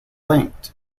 linked